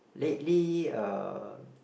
lately uh